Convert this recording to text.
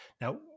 Now